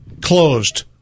closed